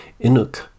Inuk